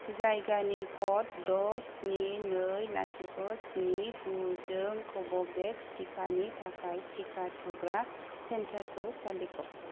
जायगानि क'ड द' स्नि नै लाथिख' स्नि गु जों कव'भेक्स टिकानि थाखाय टिका थुग्रा सेन्टारखौ सालिख'